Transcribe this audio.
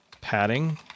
padding